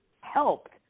helped